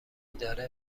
داره